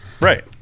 Right